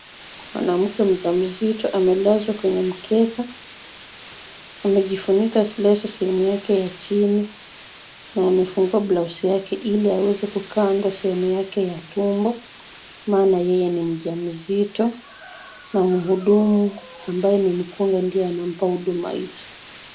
Mwanamke mjamzito amelazwa kwenye mkeka. Amejifunika leso sehemu yake ya chini na amefungua blouse yake ili aweze kukandwa sehemu yake ya tumbo maana yeye ni mjamzito na mhudumu ambaye ni mkunga ndiye anampa huduma hizo.